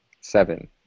seven